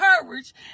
courage